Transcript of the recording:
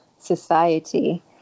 society